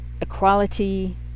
equality